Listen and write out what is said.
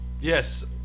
Yes